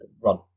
Run